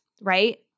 right